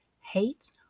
hate